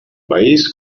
país